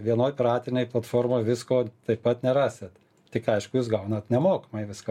vienoj piratinėj platformoj visko taip pat nerasit tik aišku jūs gaunat nemokamai viską